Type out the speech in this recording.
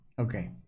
okay